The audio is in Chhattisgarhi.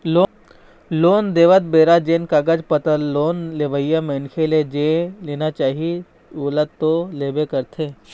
लोन देवत बेरा जेन कागज पतर लोन लेवइया मनखे ले जेन लेना चाही ओला तो लेबे करथे